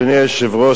אדוני היושב-ראש,